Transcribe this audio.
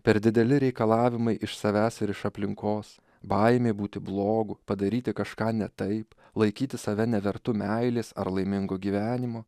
per dideli reikalavimai iš savęs ir iš aplinkos baimė būti blogu padaryti kažką ne taip laikyti save nevertu meilės ar laimingo gyvenimo